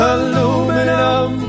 Aluminum